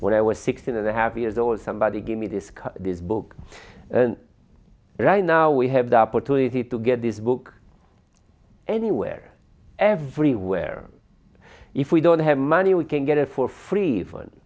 when i was sixteen and a half years old somebody gave me this this book right now we have the opportunity to get this book anywhere everywhere if we don't have money we can get it for free